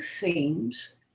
themes